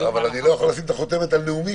אני לא יכול לשים את החותמת על נאומים,